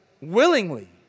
willingly